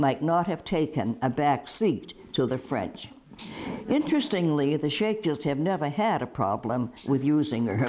like not have taken a back seat to the french interestingly at the shape just have never had a problem with using